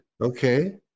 Okay